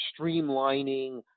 streamlining